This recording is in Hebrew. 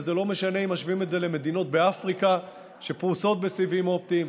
וזה לא משנה אם משווים את זה למדינות באפריקה שפרוסות בסיבים אופטיים,